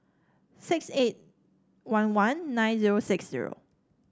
six eight one one nine zero six zero